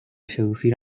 seducir